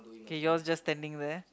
okay yours just standing there